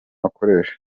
akoresha